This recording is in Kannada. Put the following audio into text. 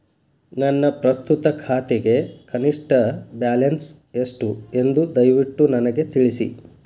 ನನ್ನ ಪ್ರಸ್ತುತ ಖಾತೆಗೆ ಕನಿಷ್ಟ ಬ್ಯಾಲೆನ್ಸ್ ಎಷ್ಟು ಎಂದು ದಯವಿಟ್ಟು ನನಗೆ ತಿಳಿಸಿ